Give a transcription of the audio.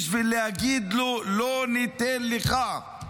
בשביל להגיד לו לא ניתן לך.